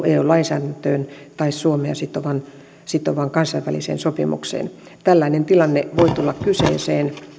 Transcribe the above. eu lainsäädäntöön tai suomea sitovaan sitovaan kansainväliseen sopimukseen tällainen tilanne voi tulla kyseeseen